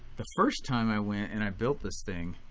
the first time i went and i built this thing